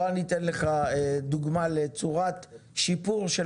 בוא אני אתן לך דוגמה לצורת שיפור של